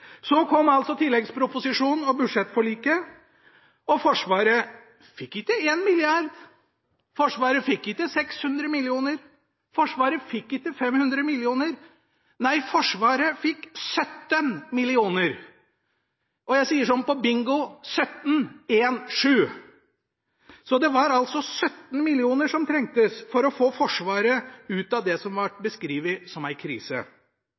Så kom altså tilleggsproposisjonen og budsjettforliket, og Forsvaret fikk ikke 1 mrd. kr. Forsvaret fikk ikke 600 mill. kr. Forsvaret fikk ikke 500 mill. kr. Nei, Forsvaret fikk 17 mill. kr. Jeg sier som på bingo 17 – én sju. Så det var altså 17 mill. kr som trengtes for å få Forsvaret ut av det som ble beskrevet som en krise.